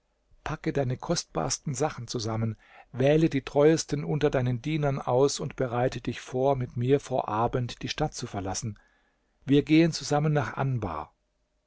packe deine kostbarsten sachen zusammen wähle die treuesten unter deinen dienern aus und bereite dich vor mit mir vor abend die stadt zu verlassen wir gehen zusammen nach anbar